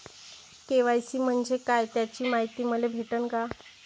KYC म्हंजे काय त्याची मायती मले भेटन का?